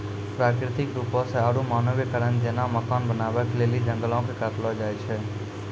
प्राकृतिक रुपो से आरु मानवीय कारण जेना मकान बनाबै के लेली जंगलो के काटलो जाय छै